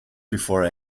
before